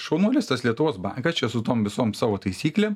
šaunuolis tas lietuvos banką čia su tom visom savo taisyklė